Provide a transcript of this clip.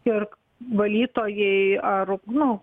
ir valytojai ar nu